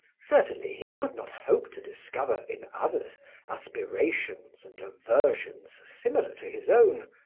certainly, he could not hope to discover in others aspirations and aversions similar to his own,